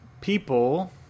people